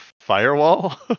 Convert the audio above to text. Firewall